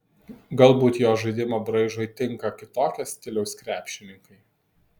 galbūt jo žaidimo braižui tinka kitokio stiliaus krepšininkai